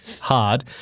hard